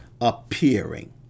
appearing